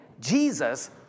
Jesus